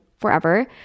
forever